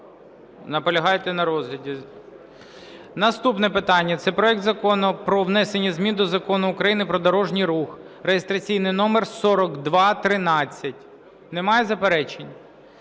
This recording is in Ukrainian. Наполягаєте на розгляді. Наступне питання – це проект Закону про внесення змін до Закону України "Про дорожній рух" (реєстраційний номер 4213). Немає заперечень?